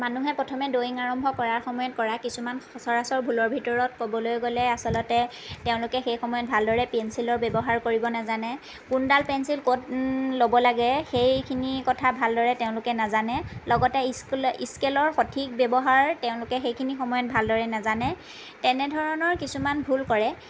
মানুহে প্ৰথমে ড্ৰয়িং আৰম্ভ কৰাৰ সময়ত কৰা কিছুমান সচৰাচৰ ভুলৰ ভিতৰত ক'বলৈ গ'লে আচলতে তেওঁলোকে সেই সময়ত ভালদৰে পেঞ্চিলৰ ব্যৱহাৰ কৰিব নাজানে কোনডাল পেঞ্চিল ক'ত ল'ব লাগে সেইখিনি কথা ভালদৰে তেওঁলোকে নাজানে লগতে স্কেলৰ সঠিক ব্যৱহাৰ তেওঁলোকে সেইখিনি সময়ত ভালদৰে নাজানে তেনে ধৰণৰ কিছুমান ভুল কৰে